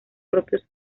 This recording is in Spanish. propios